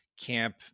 camp